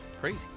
Crazy